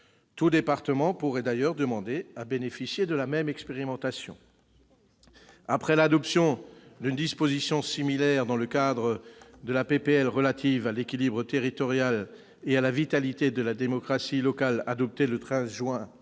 Tout département pourrait d'ailleurs demander à bénéficier de la même expérimentation. Après l'adoption d'une disposition similaire dans le cadre de la proposition de loi relative à l'équilibre territorial et à la vitalité de la démocratie locale, adoptée le 13 juin